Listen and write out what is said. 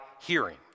hearing